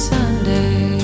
Sunday